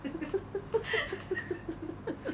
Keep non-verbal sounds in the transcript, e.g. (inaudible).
(laughs)